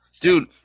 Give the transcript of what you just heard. Dude